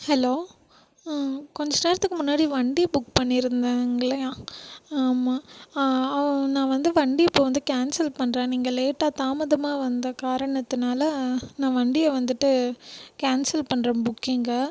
hello கொஞ்ச நேரத்துக்கு முன்னாடி வண்டி புக் பண்ணியிருந்தாங்கில்லையா ஆமாம் நான் வந்து வண்டி இப்போ வந்து கேன்சல் பண்ணுறேன் நீங்கள் லேட்டாக தாமதமாக வந்த காரணத்தினால நான் வண்டியை வந்துட்டு கேன்சல் பண்ணுறேன் புக்கிங்கை